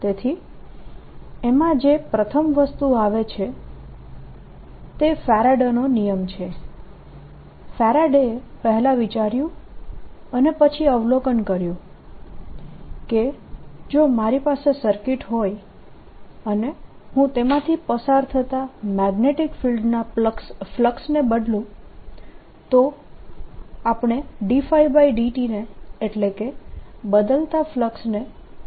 તેથી એમાં જે પ્રથમ વસ્તુ આવે છે તે ફેરાડેનો નિયમ Faraday's law છે ફેરાડે એ પહેલા વિચાર્યું અને પછી અવલોકન કર્યું કે જો મારી પાસે સર્કિટ હોય અને હું તેમાંથી પસાર થતા મેગ્નેટીક ફિલ્ડના ફલક્સ ને બદલું તો આપણે ddt ને એટલે કે બદલતા ફ્લક્સ ને EMF કહી શકીએ